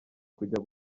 kujya